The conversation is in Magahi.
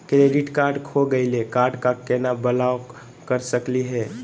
क्रेडिट कार्ड खो गैली, कार्ड क केना ब्लॉक कर सकली हे?